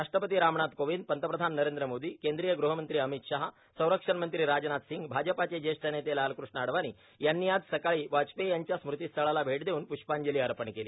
राष्ट्रपती रामनाथ कोविंद पंतप्रधान नरेंद्र मोदी केंद्रीय गृहमंत्री अमित शाह संरक्षणमंत्री राजनाथ सिंग भाजपाचे ज्येष्ठ नेते लालकृष्ण अडवाणी यांनी आज सकाळी वाजपेयी यांच्या स्मृती स्थळाला भेट देऊन प्ष्पांजली अर्पण केली